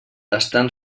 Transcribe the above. estan